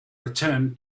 return